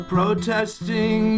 Protesting